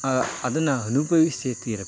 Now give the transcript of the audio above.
ಅದನ್ನು ಅನುಭವಿಸೇ ತೀರ